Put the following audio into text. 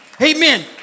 Amen